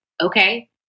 okay